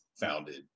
founded